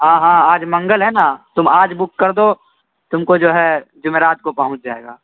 ہاں ہاں آج منگل ہے نا تم آج بک کر دو تم کو جوہے جمعرات کو پہنچ جائے گا